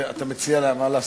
אתה מציע להם, מה לעשות?